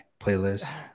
playlist